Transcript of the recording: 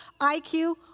IQ